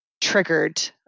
triggered